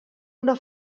una